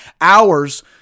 hours